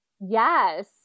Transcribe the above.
Yes